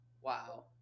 Wow